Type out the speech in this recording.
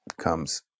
comes